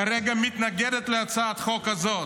כרגע מתנגדת להצעת החוק הזאת,